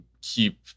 keep